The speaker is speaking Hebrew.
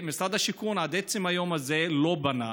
משרד השיכון עד עצם היום הזה לא בנה.